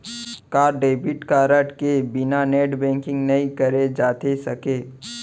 का debit card के बिना नेट बैंकिंग नई करे जाथे सके?